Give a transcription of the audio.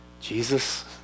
Jesus